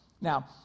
now